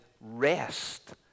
rest